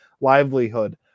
livelihood